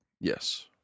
Yes